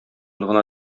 гына